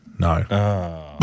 No